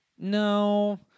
No